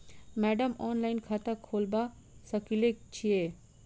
Madam online खाता खोलबा सकलिये छीयै?